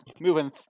moving